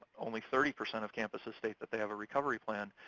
only thirty percent of campuses state that they have a recovery plan.